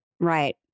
Right